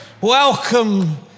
welcome